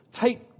take